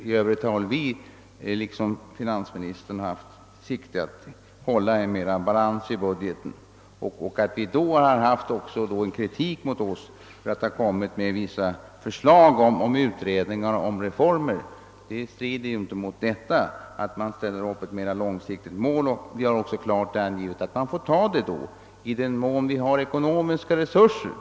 I övrigt har vi liksom finansministern haft det målet i sikte, att vi velat hålla balans i budgeten. Att vi kommit med förslag om utredningar om framtida reformer strider ju inte mot detta. Vi har klart angivit att man får ta konsekvenserna i den mån vi inte har tillräckliga ekonomiska resurser.